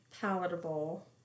palatable